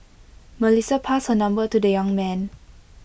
Melissa passed her number to the young man